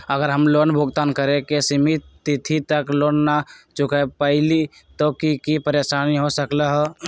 अगर हम लोन भुगतान करे के सिमित तिथि तक लोन न चुका पईली त की की परेशानी हो सकलई ह?